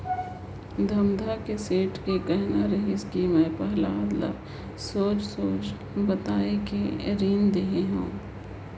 धमधा के सेठ के कहना रहिस कि मैं पहलाद ल सोएझ सोएझ बताये के रीन देहे हो